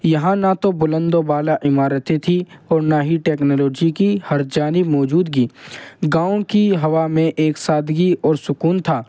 یہاں نہ تو بلند و بالا عمارتیں تھیں اور نہ ہی ٹیکنالوجی کی ہر جانب موجودگی گاؤں کی ہوا میں ایک سادگی اور سکون تھا